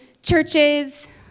churches